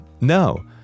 No